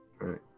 right